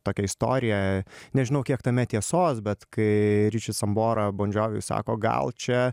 tokią istoriją nežinau kiek tame tiesos bet kai ričis sambora bon džioviui sako gal čia